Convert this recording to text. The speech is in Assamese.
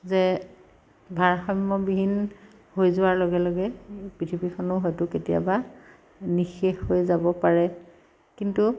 যে ভাৰসাম্য়বিহীন হৈ যোৱাৰ লগে লগে এই পৃথিৱীখনো হয়তো কেতিয়াবা নিঃশেষ হৈ যাব পাৰে কিন্তু